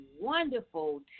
wonderful